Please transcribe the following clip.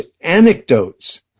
anecdotes